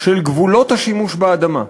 של גבולות השימוש באדמה.